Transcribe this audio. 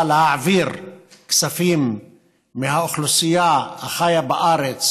להעביר כספים מהאוכלוסייה החיה בארץ,